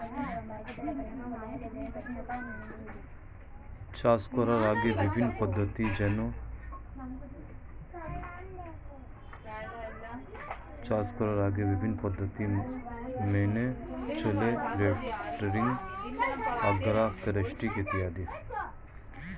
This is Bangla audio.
চাষ করার আগে বিভিন্ন পদ্ধতি মেনে চলে রোটেটিং, অ্যাগ্রো ফরেস্ট্রি ইত্যাদি